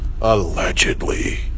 Allegedly